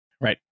right